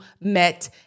met